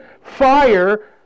fire